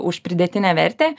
už pridėtinę vertę